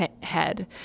head